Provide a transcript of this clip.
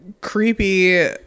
creepy